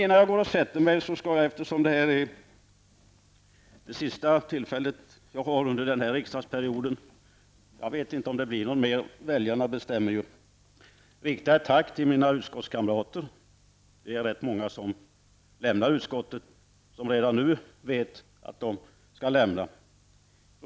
Innan jag går och sätter mig skall jag, eftersom detta är mitt sista tillfälle under riksdagsperioden -- jag vet inte om det blir fler perioder, det bestämmer ju väljarna -- rikta ett tack till mina utskottskamrater. Rätt många av dem vet redan nu att de skall lämna utskottet.